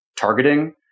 targeting